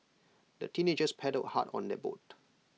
the teenagers paddled hard on their boat